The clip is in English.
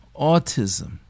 Autism